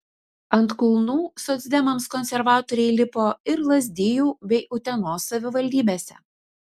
ant kulnų socdemams konservatoriai lipo ir lazdijų bei utenos savivaldybėse